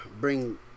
bring